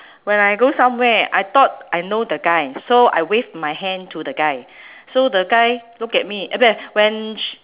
when I go somewhere I thought I know the guy so I wave my hand to the guy so the guy look at me when